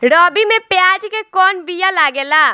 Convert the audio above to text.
रबी में प्याज के कौन बीया लागेला?